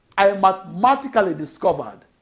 i but mathematically discovered